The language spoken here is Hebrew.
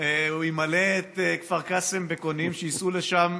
הוא ימלא את כפר קאסם בקונים שייסעו לשם,